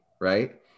right